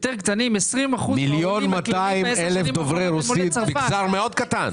1.2 מיליון דוברי רוסית מגזר מאוד קטן.